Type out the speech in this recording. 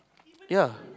ya